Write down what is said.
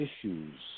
issues